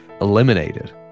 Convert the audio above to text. eliminated